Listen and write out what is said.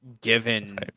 given